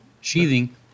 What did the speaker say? sheathing